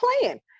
playing